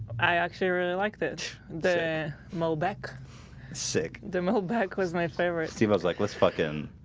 i actually really like this the molbeck sick demo back was my favorite. he was like let's fucking